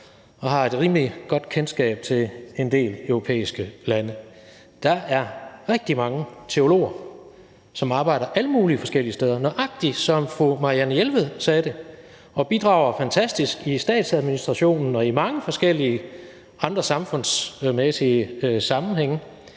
og har et rimelig godt kendskab til en del europæiske lande. Der er rigtig mange teologer, som arbejder alle mulige forskellige steder, nøjagtig som fru Marianne Jelved sagde det, og bidrager fantastisk i statsadministrationen og i mange forskellige andre sammenhænge